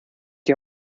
die